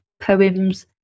poems